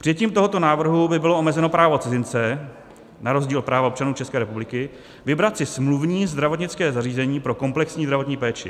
Přijetím tohoto návrhu by bylo omezeno právo cizince na rozdíl od práva občanů České republiky vybrat si smluvní zdravotnické zařízení pro komplexní zdravotní péči.